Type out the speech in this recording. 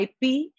IP